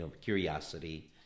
curiosity